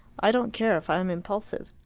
i don't care if i am impulsive.